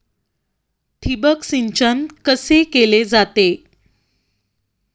ठिबक सिंचन कसे केले जाते?